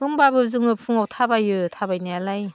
होमब्लाबो जोङो फुङाव थाबायो थाबायनायालाय